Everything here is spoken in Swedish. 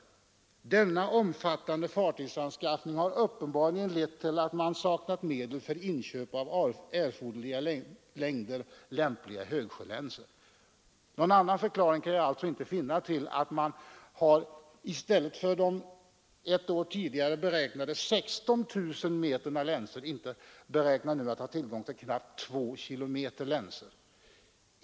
Denna omfattande fartygsanskaffning har uppenbarligen lett till att man saknar medel för inköp av erforderliga längder lämpliga högsjölänsor. Någon annan förklaring kan jag inte finna till att tullverket i stället för 16 000 m länsor ett år tidigare nu beräknar tillgången till knappt 2 km länsor.